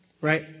right